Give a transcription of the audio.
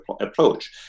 approach